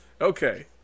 Okay